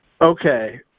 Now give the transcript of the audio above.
Okay